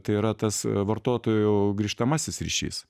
tai yra tas vartotojų grįžtamasis ryšys